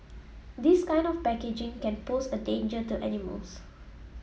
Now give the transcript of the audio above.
this kind of packaging can pose a danger to animals